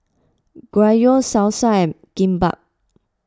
Gyros Salsa and Kimbap